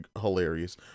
hilarious